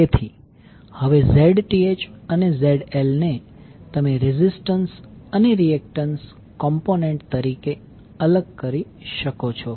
તેથી હવે Zth અને ZL ને તમે રેઝિસ્ટન્સ અને રિએક્ટન્સ કોમ્પોનન્ટ તરીકે અલગ કરી શકો છો